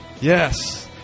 Yes